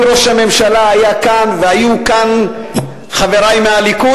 אם ראש הממשלה היה כאן והיו כאן חברי מהליכוד,